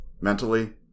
mentally